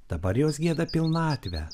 dabar jos gieda pilnatvę